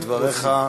על דבריך.